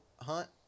hunt